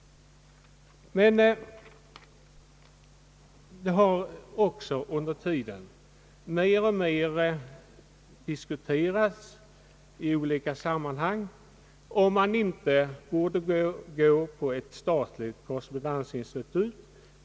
Men det har också mer och mer diskuterats i olika sammanhang, om man inte borde inrätta ett statligt korrespondensinstitut.